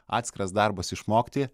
atskiras darbas išmokti